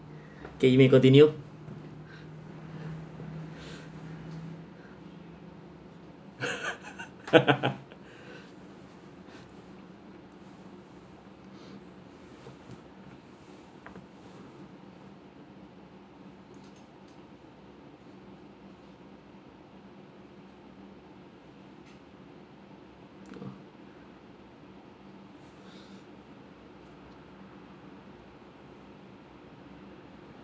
K you may continue